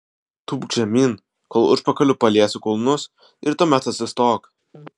tūpk žemyn kol užpakaliu paliesi kulnus ir tuomet atsistok